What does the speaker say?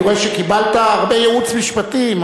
אני רואה שקיבלת הרבה ייעוץ משפטי.